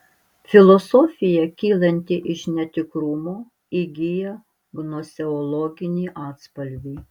filosofija kylanti iš netikrumo įgyja gnoseologinį atspalvį